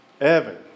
Evan